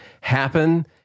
happen